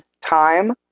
Time